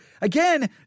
again